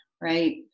right